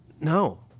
no